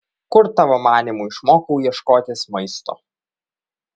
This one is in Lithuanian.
kur tavo manymu išmokau ieškotis maisto